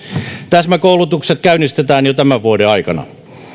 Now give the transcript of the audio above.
täsmäkoulutukset käynnistetään jo tämän vuoden aikana